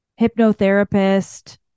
hypnotherapist